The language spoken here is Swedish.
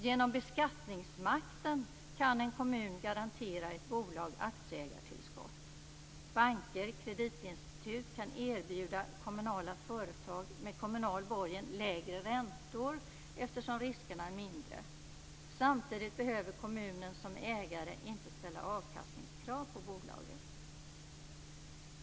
Genom beskattningsmakten kan en kommun garantera ett bolag aktieägartillskott. Banker och kreditinstitut kan erbjuda kommunala företag med kommunal borgen lägre räntor eftersom riskerna är mindre. Samtidigt behöver kommunen som ägare inte ställa avkastningskrav på bolaget.